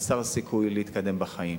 חסר סיכוי להתקדם בחיים.